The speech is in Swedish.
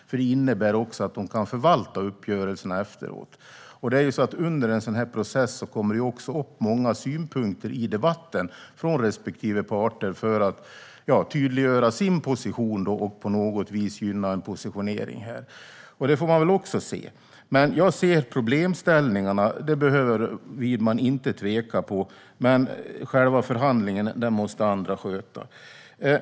Det innebär också att de kan förvalta dem efteråt. Under en sådan här process kommer det fram många synpunkter i debatten från respektive parter för att de vill tydliggöra sin position eller för att på något vis gynna en positionering. Det måste man också se. Jag ser problemställningarna. Det behöver Widman inte tveka om. Men själva förhandlingen måste andra sköta.